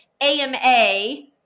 AMA